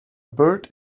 bird